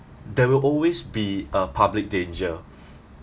there will always be a public danger